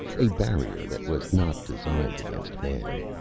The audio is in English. a barrier that was not designed against man.